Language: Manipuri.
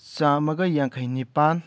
ꯆꯥꯝꯃꯒ ꯌꯥꯡꯈꯩ ꯅꯤꯄꯥꯟ